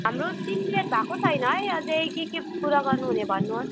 हाम्रो तिन मिनेट भएको छैन है अझै के के कुरा गर्ने भने भन्नुहोस्